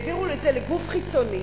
העבירו את זה לגוף חיצוני.